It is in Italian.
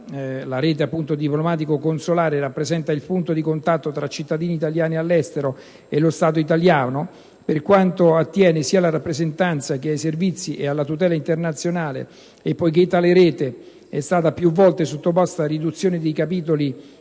la rete diplomatico-consolare rappresenta il punto di contatto tra i cittadini italiani all'estero e lo Stato italiano, per quanto attiene sia alla rappresentanza che ai servizi e alla tutela internazionale; e poiché tale rete è stata più volta sottoposta a riduzione dei capitoli